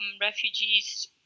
refugees